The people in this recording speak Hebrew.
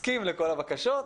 הסכים לכל הבקשות.